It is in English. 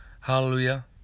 Hallelujah